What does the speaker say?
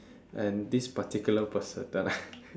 and this particular person no lah